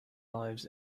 lives